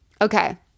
Okay